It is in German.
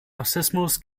rassismus